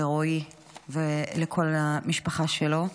לרועי ולכל המשפחה שלו,